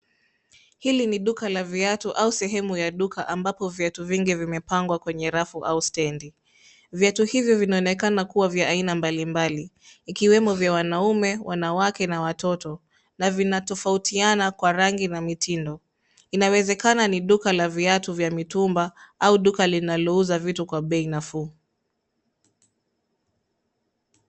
Hili ni duka la viatu au sehemu ya duka ambapo viatu vingi vimepangwa kwenye rafu au stand .Viatu hivi vinaonekana kuwa vya aina mbalimbali. Ikiwemo vya wanaume, wanawake na watoto. Na vinatofautiana kwa rangi na mitindo. Inawezekana ni duka la viatu vya mitumba au duka linalouza vitu kwa bei nafuu.